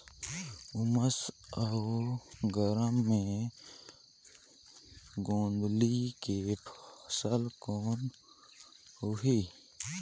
उमस अउ गरम मे गोंदली के फसल कौन होही?